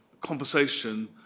conversation